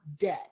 debt